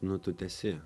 nu tu tęsi